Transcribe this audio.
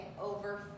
over